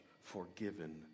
forgiven